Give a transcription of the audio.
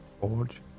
forge